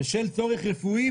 בשל צורך רפואי,